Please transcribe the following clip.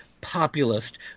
populist